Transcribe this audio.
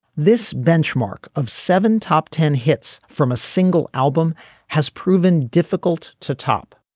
this benchmark of seven top ten hits from a single album has proven difficult to top.